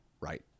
right